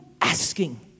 asking